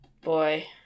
Boy